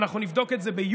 ואנחנו נבדוק את זה ביולי,